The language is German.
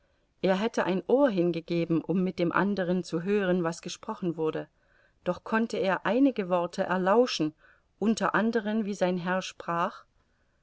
er hätte ein ohr hingegeben um mit dem anderen zu hören was gesprochen wurde doch konnte er einige worte erlauschen unter anderen wie sein herr sprach